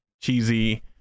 cheesy